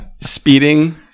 speeding